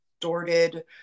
distorted